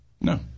No